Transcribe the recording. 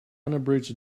unabridged